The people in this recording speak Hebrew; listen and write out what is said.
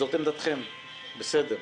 זה עמדתכם, בסדר,